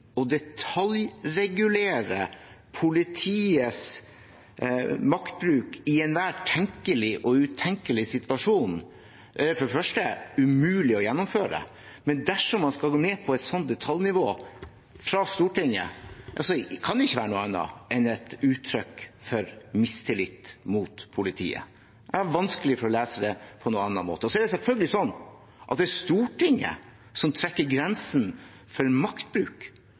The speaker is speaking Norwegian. detaljregulere politiets maktbruk i enhver tenkelig og utenkelig situasjon er for det første umulig å gjennomføre, men dersom man skal gå ned på et sånt detaljnivå fra Stortinget, kan det ikke være noe annet enn et uttrykk for mistillit mot politiet – jeg har vanskelig for å lese SV på noen annen måte. Så er det selvfølgelig Stortinget som trekker grensene for maktbruk,